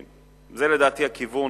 לדעתי זה הכיוון,